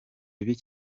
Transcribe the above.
bibi